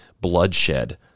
bloodshed